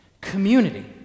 Community